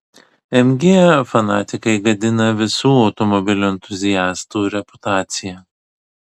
mg fanatikai gadina visų automobilių entuziastų reputaciją